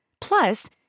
Plus